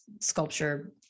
sculpture